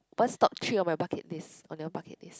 burst top three of my bucket list on your bucket list